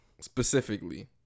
Specifically